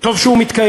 טוב שהוא מתקיים,